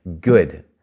Good